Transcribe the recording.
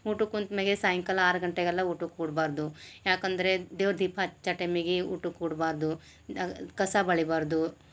ಊಟಕ್ಕೆ ಕುಂತ ಮ್ಯಾಗೆ ಸಾಯಂಕಾಲ ಆರು ಗಂಟೆಗೆಲ್ಲ ಊಟುಕೆ ಕೂಡ್ಬಾರದು ಯಾಕಂದರೆ ದೇವ್ರ ದೀಪ ಹಚ್ಚ ಟೈಮಿಗೆ ಊಟಕೆ ಕೂಡ್ಬಾರದು ದ ಕಸ ಬಳಿಬಾರದು